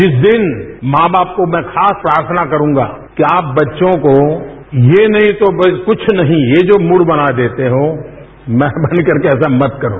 जिस दिन मां बाप को मैं खास प्रार्थना करूंगा कि आप बच्चों को ये नहीं तो मई कुछ नहीं ये जो मूड बना देते हो मेहरबान करके ऐसा मत करो